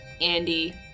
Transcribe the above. Andy